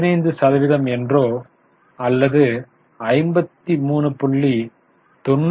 15 சதவீதம் என்றோ அல்லது 53